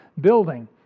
building